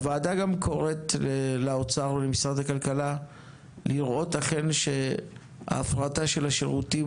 הוועדה קוראת לאוצר ולמשרד הכלכלה לראות אכן שההפרטה של השירותים